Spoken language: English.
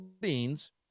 beans